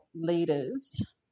leaders